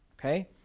okay